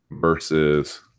versus